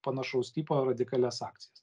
panašaus tipo radikalias akcijas